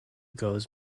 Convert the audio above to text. goes